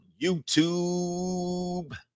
youtube